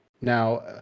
Now